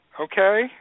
Okay